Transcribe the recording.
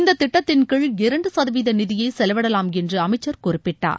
இந்தத் திட்டத்தின்கீழ் இரண்டு சதவீத நிதியை செலவிடலாம் என்று அமைச்சர் குறிப்பிட்டார்